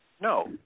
No